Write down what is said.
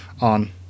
on